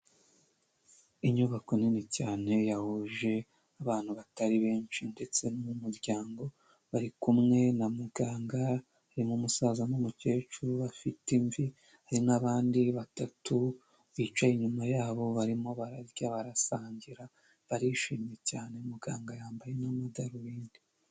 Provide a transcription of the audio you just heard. Inyubako nini cyane yahuje abantu batari benshi ndetse mu muryango bari kumwe na muganga harimo musaza n'umukecuru bafite imvi hari n'abandi batatu bicaye inyuma yabo barimo bararya barasangira barishimye cyane muganga yambaye n'amadarubindi.